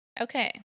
Okay